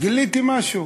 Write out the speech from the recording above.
גיליתי משהו,